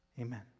Amen